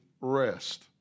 rest